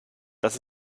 das